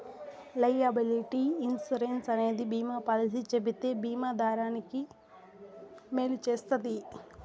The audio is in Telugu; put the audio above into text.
లైయబిలిటీ ఇన్సురెన్స్ అనేది బీమా పాలసీ చెబితే బీమా దారానికి మేలు చేస్తది